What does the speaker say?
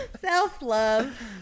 self-love